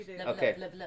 okay